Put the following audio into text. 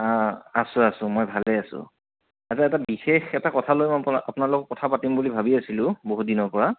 আছোঁ আছোঁ মই ভালেই আছোঁ আচ্ছা এটা বিশেষ এটা কথালৈ মই আপোনাৰ লগত কথা পাতিম বুলি ভাবি আছিলোঁ বহু দিনৰ পৰা